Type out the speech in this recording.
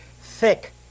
thick